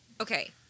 okay